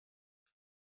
خوشش